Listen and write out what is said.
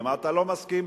למה אתה לא מסכים.